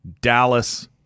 Dallas